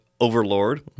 Overlord